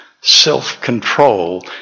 self-control